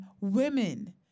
women